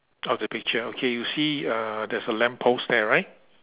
of the picture okay you see uh there's a lamppost there right